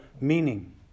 meaning